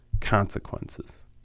consequences